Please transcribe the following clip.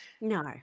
No